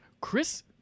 Chris